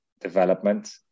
development